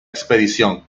expedición